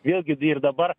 vėl girdi ir dabar